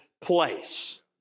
place